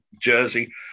Jersey